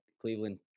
Cleveland